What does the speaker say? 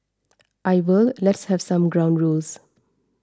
I will let's have some ground rules